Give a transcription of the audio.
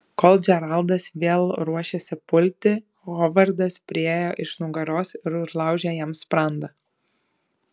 kol džeraldas vėl ruošėsi pulti hovardas priėjo iš nugaros ir užlaužė jam sprandą